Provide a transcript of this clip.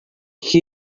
lle